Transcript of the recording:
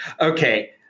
Okay